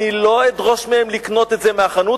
לא אדרוש מהם לקנות את זה מהחנות,